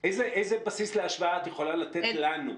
איזה בסיס להשוואה את יכולה לתת לנו?